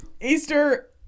Easter